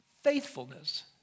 faithfulness